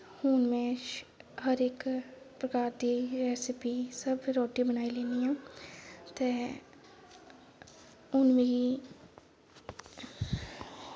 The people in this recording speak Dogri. हून मे हर इक प्रकार दी रैस्पी सब रोटी बनाई लैन्नी ऐ ते हून मिगी